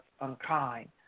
unkind